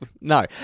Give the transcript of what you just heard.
No